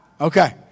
Okay